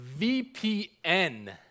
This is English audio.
VPN